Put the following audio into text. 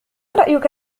رأيك